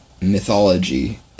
mythology